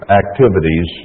activities